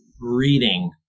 reading